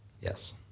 Yes